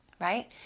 right